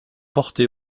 porté